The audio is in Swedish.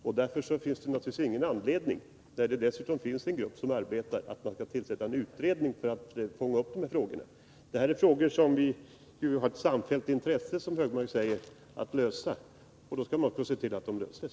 Jag tycker därför att det inte finns någon anledning, när det nu finns en grupp som arbetar med dessa frågor, att det skall tillsättas en utredning för detta ändamål. Det gäller här problem som vi — som Anders Högmark säger — har ett samfällt intresse av att lösa, och då bör man också se till att de löses.